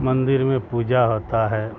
مندر میں پوجا ہوتا ہے